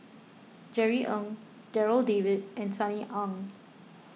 Jerry Ng Darryl David and Sunny Ang